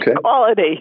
quality